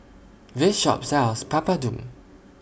This Shop sells Papadum